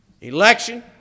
Election